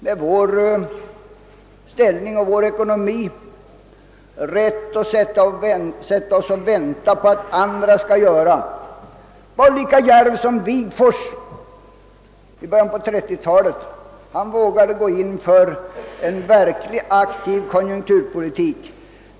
Med vår ställning och ekonomi har vi ingen rätt att sitta och vänta på att andra skall göra det. Var lika djärv som Wigforss var i början på 1930 talet! Han vågade gå in för en verkligt aktiv konjunkturpolitik.